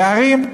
נערים.